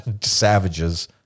savages